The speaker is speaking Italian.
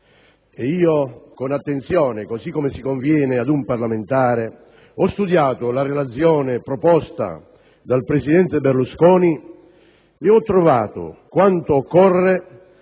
Con attenzione, come si conviene ad un parlamentare, ho studiato la relazione proposta dal presidente Berlusconi e ho trovato quanto occorre